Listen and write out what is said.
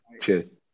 Cheers